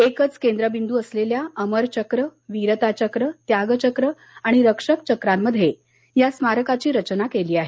एकच केंद्रबिंदू असलेल्या अमर चक्र वीरता चक्र त्याग चक्र आणि रक्षक चक्रांमध्ये या स्मारकाची रचना केलेली आहे